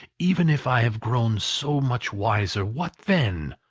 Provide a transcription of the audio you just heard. even if i have grown so much wiser, what then?